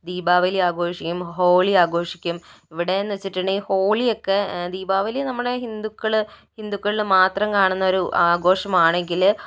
ദീപാവലി ആഘോഷിക്കും ഹോളി ആഘോഷിക്കും ഇവിടേന്ന് വച്ചിട്ടുണ്ടെങ്കിൽ ഹോളിയൊക്കെ ദീപാവലി നമ്മുടെ ഹിന്ദുക്കള് ഹിന്ദുക്കളില് മാത്രം കാണുന്ന ഒരു ആഘോഷമാണെങ്കില്